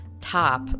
top